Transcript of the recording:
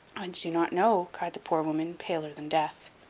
do not know, cried the poor woman, paler than death.